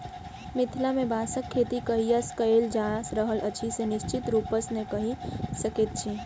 मिथिला मे बाँसक खेती कहिया सॅ कयल जा रहल अछि से निश्चित रूपसॅ नै कहि सकैत छी